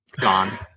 Gone